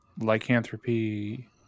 lycanthropy